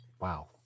wow